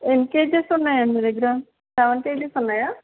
ఎన్ని కేజస్ ఉన్నాయి అండి మీ దగ్గరా సెవెన్ కేజస్ ఉన్నాయ